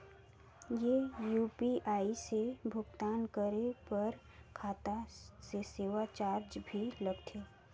ये यू.पी.आई से भुगतान करे पर खाता से सेवा चार्ज भी लगथे?